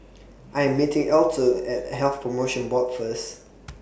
I Am meeting Alto At Health promotion Board First